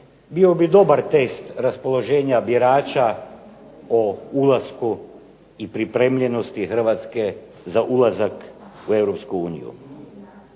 bio bi dobar test raspoloženja birača o ulasku i pripremljenosti Hrvatske za ulazak u